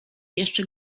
jeszcze